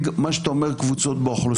שאתה אומר, קבוצות באוכלוסיות.